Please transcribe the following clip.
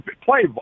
Play